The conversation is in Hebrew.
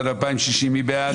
מי בעד?